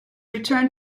return